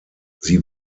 sie